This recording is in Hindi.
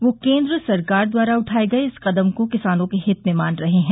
वे केन्द्र सरकार द्वारा उठाये गये इस कदम को किसानों के हित में मान रहे है